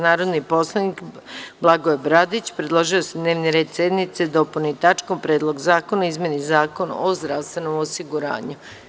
Narodni poslanik Blagoje Bradić predložio je da se dnevni red sednice dopuni tačkom – Predlog zakona o izmeni Zakona o zdravstvenom osiguranju.